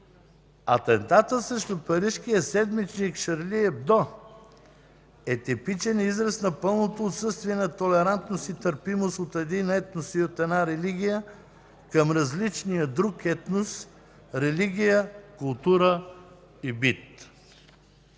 Атентатът срещу парижкия седмичник „Шарли ебдо” е типичен израз на пълното отсъствие на толерантност и търпимост от един етнос и от една религия към различния друг етнос, религия, култура и бит.